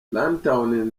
runtown